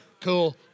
Cool